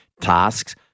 tasks